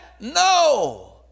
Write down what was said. No